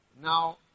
Now